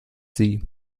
sie